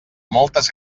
moltes